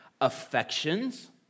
Affections